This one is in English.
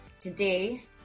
Today